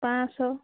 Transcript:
ପାଞ୍ଚ ଶହ